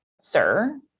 sir